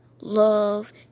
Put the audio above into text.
Love